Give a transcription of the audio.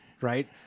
right